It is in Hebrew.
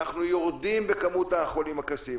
אנחנו יורדים בכמות החולים הקשים,